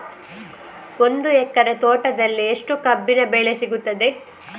ಒಂದು ಎಕರೆ ತೋಟದಲ್ಲಿ ಎಷ್ಟು ಕಬ್ಬಿನ ಬೆಳೆ ಸಿಗುತ್ತದೆ?